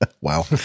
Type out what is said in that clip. Wow